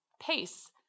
pace